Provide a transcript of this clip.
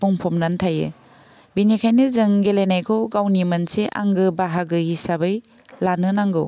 बुंफबनानै थायो बिनिखायो जों गेलेनायखौ गावनि मोनसे आंगो बाहागो हिसाबै लानो नांगौ